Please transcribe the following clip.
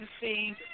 see